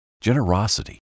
generosity